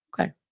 Okay